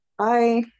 Bye